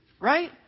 right